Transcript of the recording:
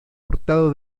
hurtado